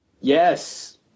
Yes